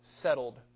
settled